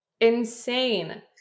Insane